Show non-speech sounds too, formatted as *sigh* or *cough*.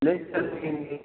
نہیں سر *unintelligible* نہیں